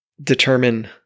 determine